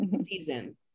season